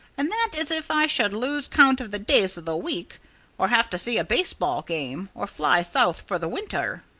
and that is if i should lose count of the days of the week or have to see a baseball game or fly south for the winter.